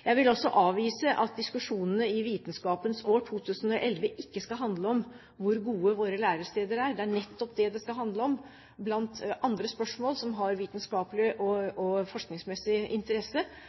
Jeg vil også avvise at diskusjonene i Vitenskapens år, 2011, ikke skal handle om hvor gode våre læresteder er. Det er nettopp det det skal handle om. Blant andre spørsmål som har vitenskapelig og forskningsmessig interesse,